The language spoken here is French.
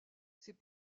c’est